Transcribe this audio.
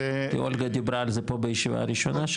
אולגה דיברה על זה בישיבה הראשונה שלנו.